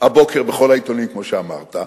הבוקר בכל העיתונים, כמו שאמרת,